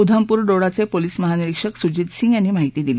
उधमपुर डोडाचे पोलिस महानिरीक्षक सुजित सिंग यांनी ही माहिती दिली